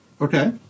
Okay